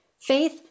Faith